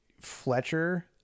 Fletcher